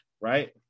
Right